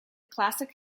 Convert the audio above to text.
classic